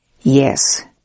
Yes